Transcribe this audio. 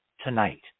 tonight